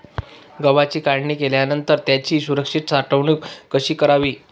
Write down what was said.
गव्हाची काढणी केल्यानंतर त्याची सुरक्षित साठवणूक कशी करावी?